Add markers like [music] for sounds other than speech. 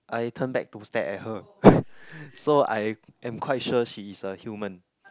I turned back to stare at her [laughs] so I am quite sure she is a human